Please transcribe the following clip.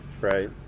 Right